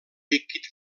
líquid